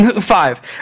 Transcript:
Five